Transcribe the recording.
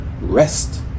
rest